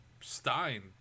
stein